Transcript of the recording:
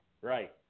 right